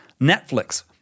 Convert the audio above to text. Netflix